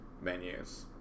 menus